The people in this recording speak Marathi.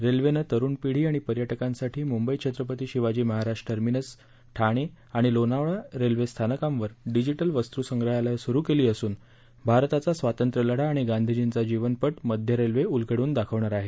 रेल्वेनं तरुण पिढी आणि पर्यटकांसाठी मुंबई छत्रपती शिवाजी महाराज टर्मिनस ठाणे आणि लोणावळा रेल्वे स्थानकांवर डिजिटल वस्तुसंग्रहालय सुरु केलं असून भारताचा स्वातंत्र्यलढा आणि गांधीजींचा जीवनपट मध्य रेल्वे उलगडून दाखवणार आहे